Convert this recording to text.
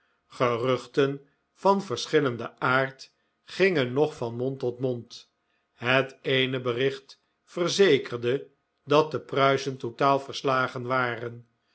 geruchten van vetv schillenden aard gingen nog van mond tot mond het eene bericht verzekerde dat de pruisen totaal verslagen waren